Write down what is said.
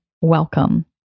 welcome